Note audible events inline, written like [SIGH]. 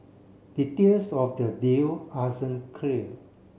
details of the deal [UNINTELLIGIBLE] clear